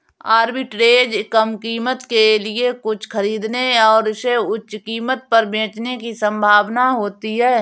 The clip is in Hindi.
आर्बिट्रेज कम कीमत के लिए कुछ खरीदने और इसे उच्च कीमत पर बेचने की संभावना होती है